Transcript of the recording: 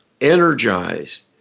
energized